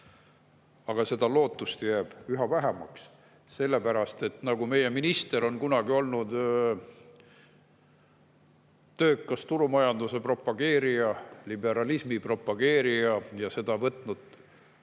Aga seda lootust jääb üha vähemaks, sellepärast, et nii nagu meie minister on kunagi olnud töökas turumajanduse propageerija, liberalismi propageerija ja seda [teemat] võtnud